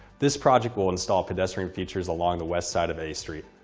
this project will install pedestrian features along the west side of a street.